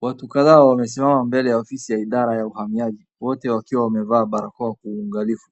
Watu kadhaa wamesimama mbele ya ofisi ya idara ya uhamiaji, wote wakiwa wamevaa barakoa kwa uangalifu.